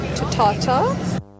Tata